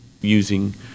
using